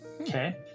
Okay